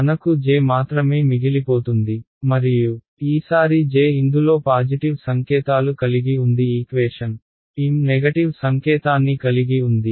మనకు J మాత్రమే మిగిలిపోతుంది మరియు ఈసారి J ఇందులో పాజిటివ్ సంకేతాలు కలిగి ఉంది ఈక్వేషన్ M నెగటివ్ సంకేతాన్ని కలిగి ఉంది